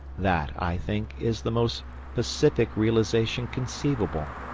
that, i think, is the most pacific realisation conceivable,